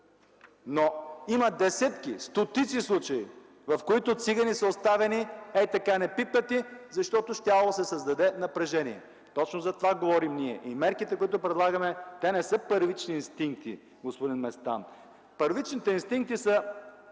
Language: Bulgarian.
Има десетки, стотици случаи, в които цигани са оставяни хей така – непипнати, защото щяло да се създаде напрежение. Точно за това говорим ние. (Реплики.) И мерките, които предлагаме, не са на първични инстинкти, господин Местан! Първичните инстинкти са